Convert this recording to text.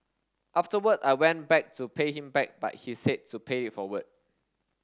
afterward I went back to pay him back but he said to pay it forward